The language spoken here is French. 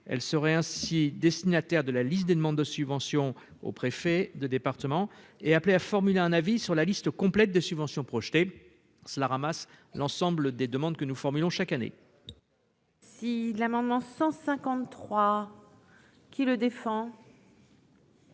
elle serait ainsi signataires de la liste des demandes de subventions aux préfets de département et appelé à formuler un avis sur la liste complète des subventions projeté cela ramasse l'ensemble des demandes que nous formulons chaque année. Si l'amendement 153 qui le défend.